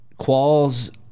quals